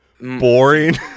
Boring